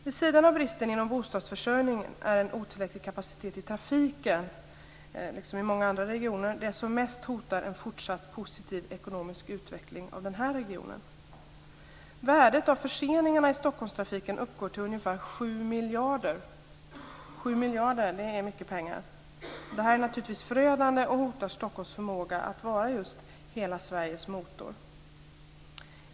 Vid sidan av bristen inom bostadsförsörjningen är en otillräcklig kapacitet i trafiken det som mest hotar en fortsatt positiv ekonomisk utveckling av den här regionen, liksom många andra regioner. Värdet av förseningarna i Stockholmstrafiken uppgår till ungefär 7 miljarder. Det är mycket pengar. Detta är naturligtvis förödande och hotar Stockholms förmåga att vara just hela Sveriges motor.